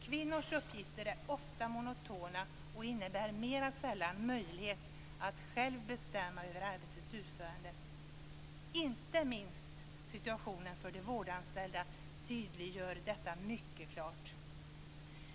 Kvinnors uppgifter är ofta monotona och innebär mera sällan möjlighet för dem att själva bestämma över arbetets utförande. Inte minst tydliggörs detta mycket klart av de vårdanställdas situation.